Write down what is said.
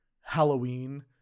Halloween